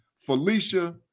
Felicia